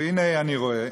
והנה אני רואה,